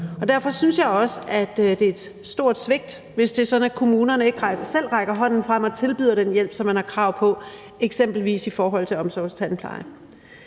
derfor synes jeg også, at det er et stort svigt, hvis det er sådan, at kommunerne ikke selv rækker hånden frem og tilbyder den hjælp, som man har krav på, eksempelvis i forhold til omsorgstandplejen.